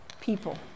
people